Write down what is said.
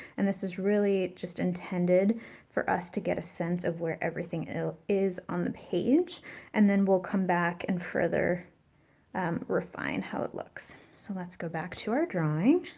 and this is really just intended for us to get a sense of where everything is on the page and then we'll come back and further refine how it looks. so let's go back to our drawing,